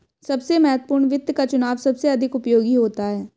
सबसे महत्वपूर्ण वित्त का चुनाव सबसे अधिक उपयोगी होता है